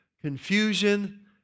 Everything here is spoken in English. confusion